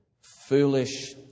Foolish